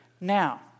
Now